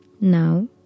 Now